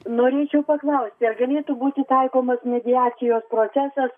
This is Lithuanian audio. norėčiau paklausti ar galėtų būti taikomas mediacijos procesas